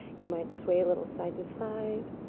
you might sway a little side to side.